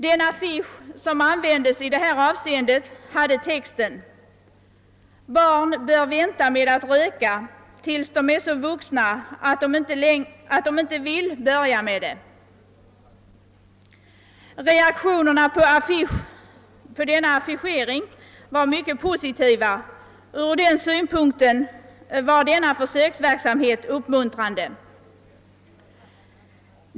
Den affisch som användes hade texten: »Barn bör vänta med att röka tills de är så vuxna att de inte vill börja.» Reaktionerna på denna affischering var mycket positiva, varför försöksverksamheten får betraktas som uppmuntrande.